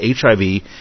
HIV